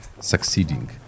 Succeeding